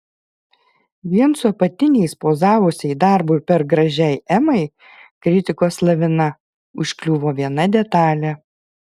vien su apatiniais pozavusiai darbui per gražiai emai kritikos lavina užkliuvo viena detalė